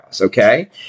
Okay